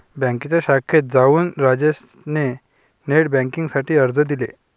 बँकेच्या शाखेत जाऊन राजेश ने नेट बेन्किंग साठी अर्ज दिले